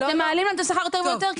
אתם מעלים להם את השכר יותר ויותר,